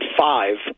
five